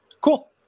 Cool